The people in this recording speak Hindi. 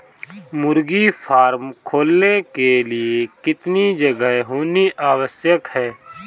मुर्गी फार्म खोलने के लिए कितनी जगह होनी आवश्यक है?